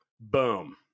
boom